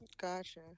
Gotcha